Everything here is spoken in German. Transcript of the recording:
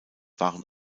waren